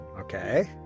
Okay